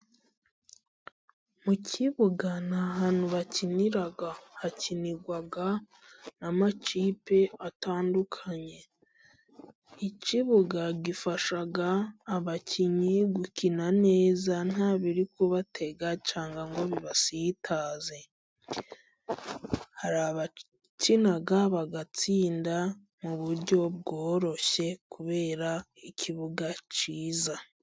Mu kibuga n'ahantu bakinira, hakinirwa n'amakipe atandukanye ikibuga gifasha abakinnyi gukina neza, nta biri kubatega cyangwa ngo bibasitaze, hari abakina bagatsinda mu buryo bworoshye kubera ikibuga cyiza.